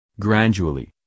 Gradually